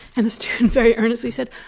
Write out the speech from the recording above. and this student very earnestly said,